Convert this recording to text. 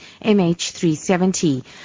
MH370